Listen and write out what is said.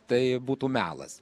tai būtų melas